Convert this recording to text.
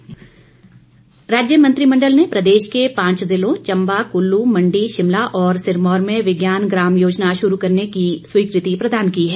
मंत्रिमंडल बैठक राज्य मंत्रिमंडल ने प्रदेश के पांच जिलों चम्बा कुल्लू मंडी शिमला और सिरमौर में विज्ञान ग्राम योजना शुरू करने की स्वीकृति प्रदान की है